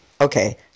okay